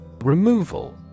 Removal